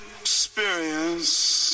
experience